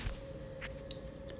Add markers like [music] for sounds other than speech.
[noise]